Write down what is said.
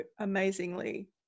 amazingly